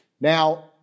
Now